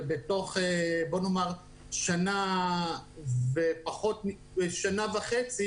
ובתוך שנה וחצי,